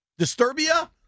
Disturbia